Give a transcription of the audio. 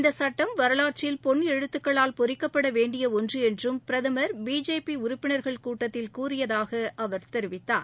இந்த சட்டம் வரலாற்றில் பொன் எழுத்துக்களால் பொறிக்கப்பட வேண்டிய ஒன்று என்றும் பிரதமர் பிஜேபி உறுப்பினர்கள் கூட்டத்தில் கூறியதாக அவர் தெரிவித்தார்